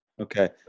okay